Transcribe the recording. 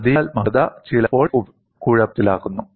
fracture സാഹിത്യത്തിൽ പ്രതീകാത്മകത ചിലപ്പോൾ ആശയക്കുഴപ്പത്തിലാക്കുന്നു